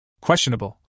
Questionable